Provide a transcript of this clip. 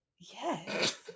Yes